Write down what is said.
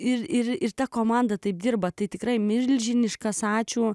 ir ir ta komanda taip dirba tai tikrai milžiniškas ačiū